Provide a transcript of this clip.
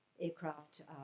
aircraft